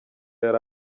yari